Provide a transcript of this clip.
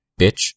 Bitch